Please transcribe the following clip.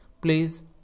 Please